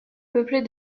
peuplée